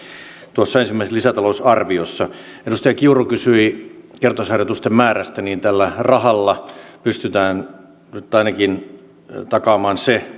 tuossa ensimmäisessä lisätalousarviossa edustaja kiuru kysyi kertausharjoitusten määrästä tällä rahalla pystytään nyt ainakin takaamaan se